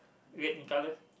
red in colour